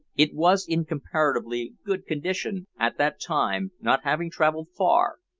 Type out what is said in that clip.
it was in comparatively good condition at that time, not having travelled far,